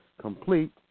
complete